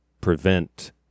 prevent